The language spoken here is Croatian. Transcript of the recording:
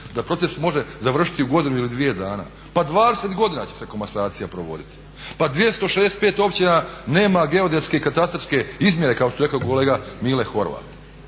da proces može završiti u godinu ili dvije dana. Pa 20 godina će se komasacija provoditi. Pa 265 općina nema geodetske katastarske izmjere kao što je rekao kolega Mile Horvat.